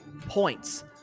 points